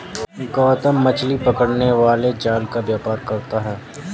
गौतम मछली पकड़ने वाले जाल का व्यापार करता है